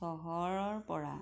চহৰৰপৰা